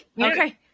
Okay